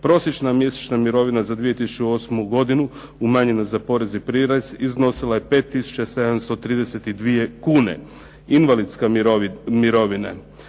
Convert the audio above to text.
Prosječna mjesečna mirovina za 2008. godinu umanjena za porez i prirez iznosila je 5732 kune. Invalidske mirovine.